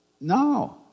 No